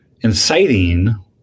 inciting